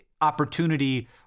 opportunity